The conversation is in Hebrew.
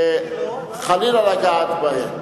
חלילה לגעת בהם.